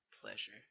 pleasure